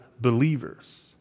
believers